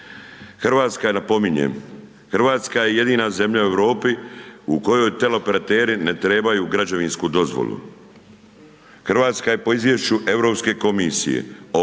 RH je jedina zemlja u Europi u kojoj teleoperateri ne trebaju građevinsku dozvolu. RH je po izvješću Europske komisije o